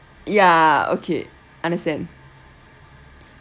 ya okay understand